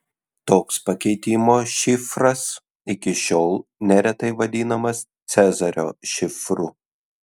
toks pakeitimo šifras iki šiol neretai vadinamas cezario šifru